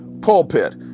pulpit